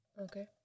Okay